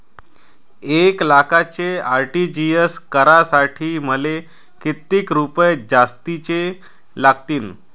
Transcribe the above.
एक लाखाचे आर.टी.जी.एस करासाठी मले कितीक रुपये जास्तीचे लागतीनं?